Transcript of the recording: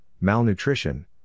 malnutrition